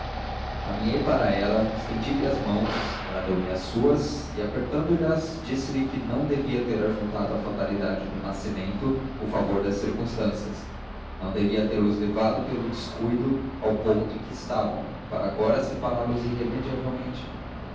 caminhei para ela estendi-lhe as mãos ela deu-me as suas e apertando lhas disse-lhe que não devia ter ajuntado à fatalidade do nascimento o favor das circunstâncias não devia tê los levado pelo descuido ao ponto em que estavam para agora separá los